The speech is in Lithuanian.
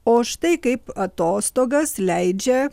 o štai kaip atostogas leidžia